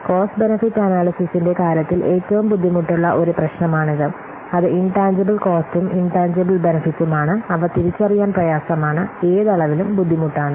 cost benefit അനല്യ്സിസിന്റെ കാര്യത്തിൽ ഏറ്റവും ബുദ്ധിമുട്ടുള്ള ഒരു പ്രശ്നമാണിത് അത് ഇൻടാൻജിബിൽ കോസ്റ്റും ഇൻടാൻജിബിൽ ബെനെഫിട്ടുമാണ് അവ തിരിച്ചറിയാൻ പ്രയാസമാണ് ഏത് അളവിലും ബുദ്ധിമുട്ടാണ്